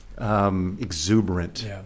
Exuberant